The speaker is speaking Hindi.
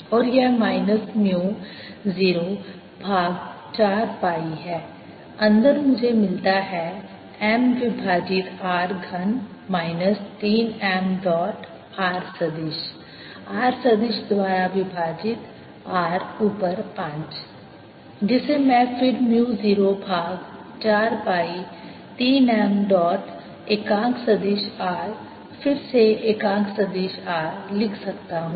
और यह माइनस म्यू 0 भाग 4 पाई है अंदर मुझे मिलता है m विभाजित r घन माइनस 3 m डॉट r सदिश r सदिश द्वारा विभाजित r ऊपर 5 जिसे मैं फिर म्यू 0 भाग 4 पाई 3 m डॉट एकांक सदिश r फिर से एकांक सदिश r लिख सकता हूं